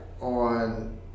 on